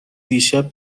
دیشب